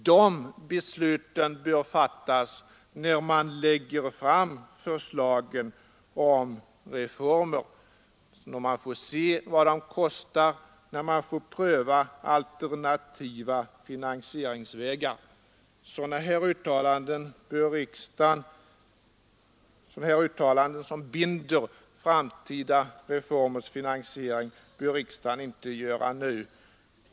De besluten bör fattas när förslagen till reformer läggs fram, när man får se vad de kostar och kan pröva alternativa finansieringsvägar. Uttalanden som binder framtida reformers finansiering bör riksdagen inte göra nu.